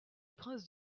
prince